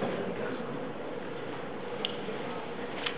חבר הכנסת ראובן רובי ריבלין,